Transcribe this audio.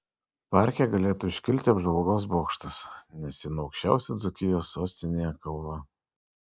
parke galėtų iškilti apžvalgos bokštas nes ten aukščiausia dzūkijos sostinėje kalva